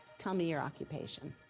tell me your occupation.